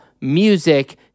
music